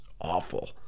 awful